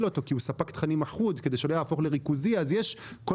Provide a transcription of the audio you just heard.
אותו כי הוא ספק תכנים אחוד כדי שהוא לא יהפוך לריכוזי אז יש כל